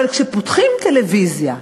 אבל כשפותחים טלוויזיה,